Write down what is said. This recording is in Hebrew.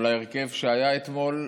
או להרכב שהיה אתמול,